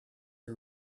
you